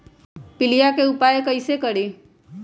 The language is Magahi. पीलिया के उपाय कई से करी?